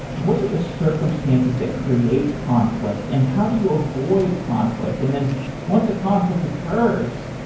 what are the circumstances that create conflict and how do you avoid conflict? and then once a conflict occurs,